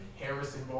harrison